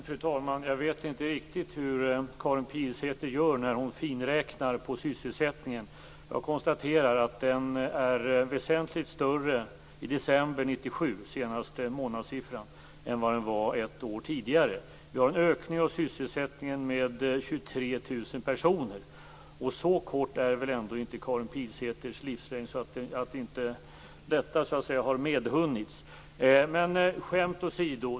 Fru talman! Jag vet inte riktigt hur Karin Pilsäter gör när hon finräknar på sysselsättningen. Jag konstaterar att den är väsentligt större i december 1997 än den var ett år tidigare. Det är en ökning av sysselsättningen med 23 000 personer. Så kort är väl inte Karin Pilsäters livslängd att det inte detta har medhunnits. Men skämt å sido.